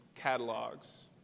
catalogs